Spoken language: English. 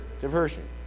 diversion